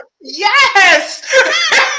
Yes